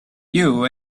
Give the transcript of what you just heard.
you